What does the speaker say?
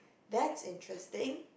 that's interesting